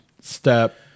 step